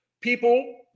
People